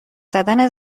زدن